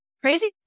crazy